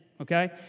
Okay